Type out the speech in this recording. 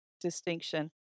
distinction